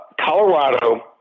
Colorado